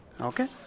Okay